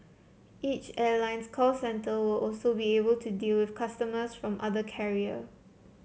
each airline's call centre will also be able to deal with customers from the other carrier